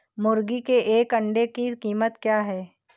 मुर्गी के एक अंडे की कीमत क्या है?